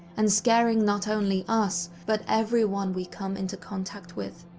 and scaring not only us, but everyone we come into contact with.